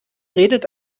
redet